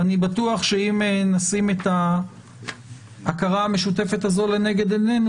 ואני בטוח שאם נשים את ההכרה המשותפת הזאת לנגד עינינו,